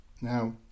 Now